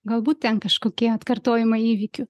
galbūt ten kažkokie atkartojimai įvykių